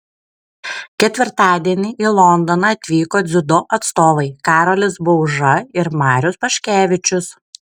ketvirtadienį į londoną atvyko dziudo atstovai karolis bauža ir marius paškevičius